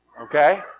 okay